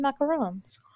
macarons